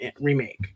remake